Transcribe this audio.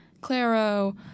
Claro